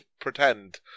pretend